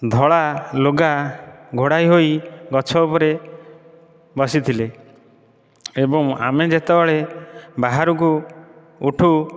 ଧଳା ଲୁଗା ଘୋଡ଼ାଇ ହୋଇ ଗଛ ଉପରେ ବସିଥିଲେ ଏବଂ ଆମେ ଯେତେବେଳେ ବାହାରକୁ ଉଠୁ